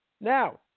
Now